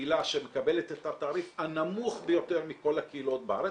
הקהילה שמקבלת את התעריף הנמוך ביותר מכל הקהילות בארץ.